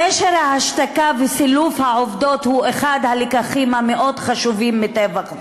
קשר ההשתקה וסילוף העובדות הוא אחד הלקחים המאוד-חשובים מטבח זה,